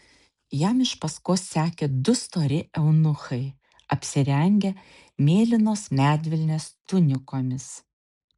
jam iš paskos sekė du stori eunuchai apsirengę mėlynos medvilnės tunikomis